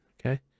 Okay